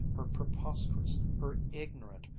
her preposterous, her ignorant,